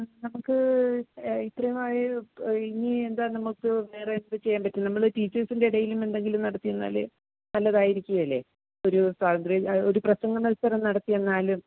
നമുക്ക് ഇത്രയും ആയി ഇനിയും എന്താണ് നമുക്ക് വേറെ എന്ത് ചെയ്യാൻ പറ്റും നമ്മൾ ടീച്ചേർസിൻ്റെ ഇടയിലും എന്തെങ്കിലും നടത്തിയിരുന്നാൽ നല്ലതായിരിക്കില്ലേ ഒരു സ്വാതന്ത്ര്യ ഇല്ല ഒരു പ്രസംഗ മത്സരം നടത്തി എന്നാലും